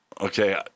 Okay